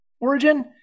origin